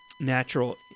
Natural